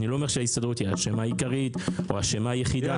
אני לא אומר שההסתדרות היא האשם העיקרי או האשם היחידי,